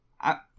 I-